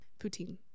Poutine